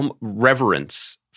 reverence